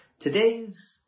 Today's